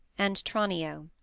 and tranio.